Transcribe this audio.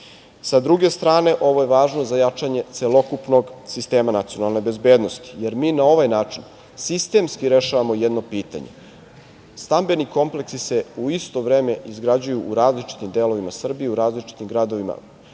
Sa druge strane, ovo je važno za jačanje celokupnog sistema nacionalne bezbednosti, jer mi na ovaj način sistemski rešavamo jedno pitanje, stambeni kompleksi se u isto vreme izgrađuju u različitim delovima Srbije, u različitim gradovima